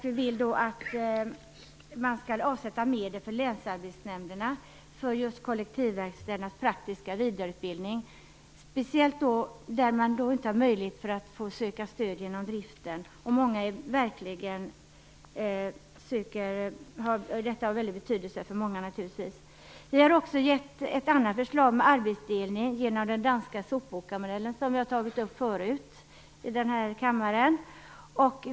Vi vill att man skall avsätta medel i länsarbetsnämnderna för just kollektivverkstädernas praktiska vidareutbildning, speciellt där man inte har möjlighet att söka stöd genom driften. Detta skulle ha väldigt stor betydelse för många. Vi har också givit ett annat förslag till arbetsdelning i stil med den danska sopåkarmodellen som vi har tagit upp förut i denna kammare.